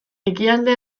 ekialde